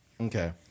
Okay